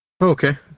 Okay